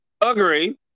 Agree